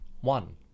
one